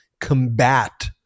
combat